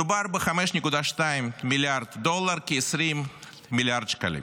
מדובר ב-5.2 מיליארד דולר, כ-20 מיליארד שקלים.